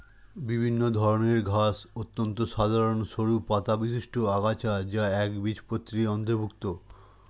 বিভিন্ন ধরনের ঘাস অত্যন্ত সাধারণ সরু পাতাবিশিষ্ট আগাছা যা একবীজপত্রীর অন্তর্ভুক্ত